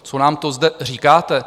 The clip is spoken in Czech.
Co nám to zde říkáte?